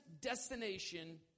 destination